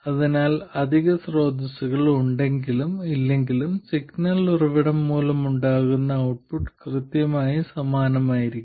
അതിനാൽ അധിക സ്രോതസ്സുകൾ ഉണ്ടെങ്കിലും ഇല്ലെങ്കിലും സിഗ്നൽ ഉറവിടം മൂലമുണ്ടാകുന്ന ഔട്ട്പുട്ട് കൃത്യമായും സമാനമായിരിക്കും